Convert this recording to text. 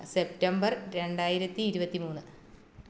September രണ്ടായിരത്തി ഇരുപത്തി മൂന്ന്